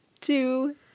two